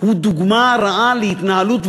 הוא דוגמה רעה להתנהלות,